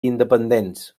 independents